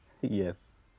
Yes